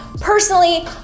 personally